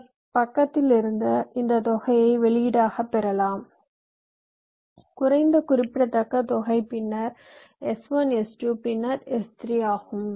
இந்த பக்கத்திலிருந்து இந்த தொகையை வெளியீடாக பெறலாம் குறைந்த குறிப்பிடத்தக்க தொகை பின்னர் S1 S2 பின்னர் S3 ஆகும்